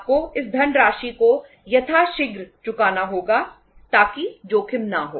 आपको इस धनराशि को यथाशीघ्र चुकाना होगा ताकि जोखिम ना हो